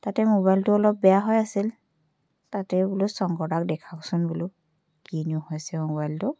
তাতে মোবাইলটো অলপ বেয়া হৈ আছিল তাতে বোলো শংকৰদাক দেখাওঁচোন বোলো কি নো হৈছে মোবাইলটো